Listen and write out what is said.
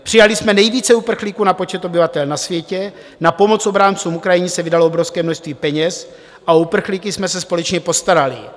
Přijali jsme nejvíce uprchlíků na počet obyvatel na světě, na pomoc obráncům Ukrajiny se vydalo obrovské množství peněz a o uprchlíky jsme se společně postarali.